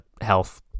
health